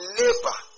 labor